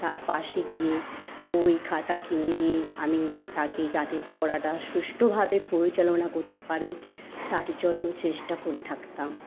তার পাশে গিয়ে বই খাতা কিনে দিয়ে আমি তাকে যাতে পড়াটা সুষ্ঠভাবে পরিচালনা করতে পারে তার জন্য চেষ্টা করে থাকতাম